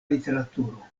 literaturo